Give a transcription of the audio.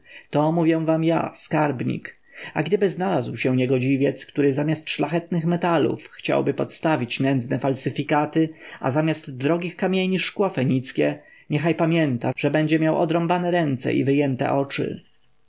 to mówię wam ja skarbnik a gdyby znalazł się niegodziwiec który zamiast szlachetnych metalów chciałby podstawić nędzne falsyfikaty a zamiast drogich kamieni szkło fenickie niech pamięta że będzie miał odrąbane ręce i wyjęte oczy